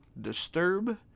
Disturb